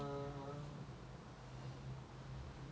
தெரில:therila lah skip lah skip lah